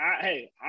Hey